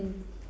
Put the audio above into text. mm